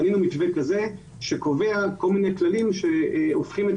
בנינו מתווה כזה שקובע כל מיני כללים שהופכים את